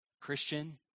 Christian